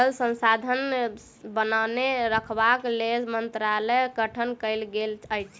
जल संसाधन के बनौने रखबाक लेल मंत्रालयक गठन कयल गेल अछि